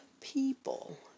people